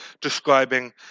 describing